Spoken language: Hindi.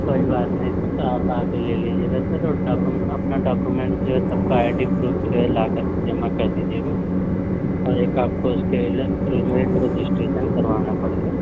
कोई बात नहीं सर तो आप आ कर ले लीजिएगा सर और डाकु अपना डॉक्यूमेंट जो है सबका आइडी प्रूफ जो है लाकर के जमा कर दीजियेगा और एक आपको उसके एवज में रजिस्ट्रेसन करवाना पड़ेगा